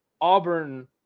Auburn